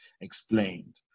explained